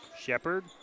Shepard